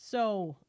So-